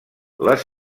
les